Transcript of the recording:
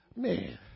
Man